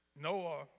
Noah